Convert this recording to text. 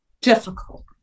difficult